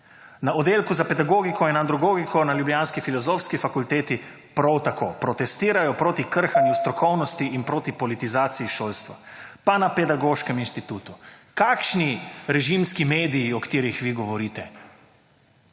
Na oddelku za pedagogiko in andragogiko na ljubljanski Filozofski fakulteti prav tako protestirajo proti krhanju strokovnosti in proti politizaciji šolstva pa na Pedagoškem institutu. Kakšni režimski mediji, o katerih vi govorite?